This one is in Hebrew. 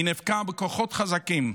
היא נאבקה בכוחות חזקים,